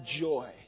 joy